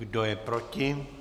Kdo je proti?